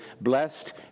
blessed